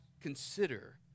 consider